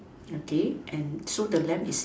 okay then so the left is